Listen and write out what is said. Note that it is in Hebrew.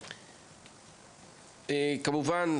כמובן,